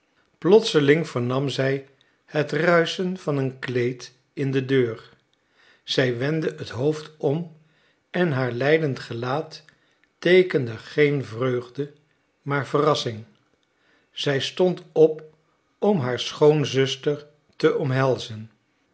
plotseling vernam zij het ruischen van een kleed in de deur zij wendde het hoofd om en haar lijdend gelaat teekende geen vreugde maar verrassing zij stond op om haar schoonzuster te omhelzen